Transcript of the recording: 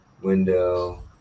Window